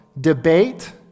debate